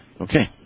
Okay